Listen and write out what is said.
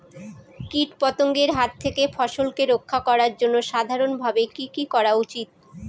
কীটপতঙ্গের হাত থেকে ফসলকে রক্ষা করার জন্য সাধারণভাবে কি কি করা উচিৎ?